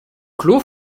clos